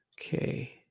Okay